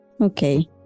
Okay